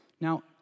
Now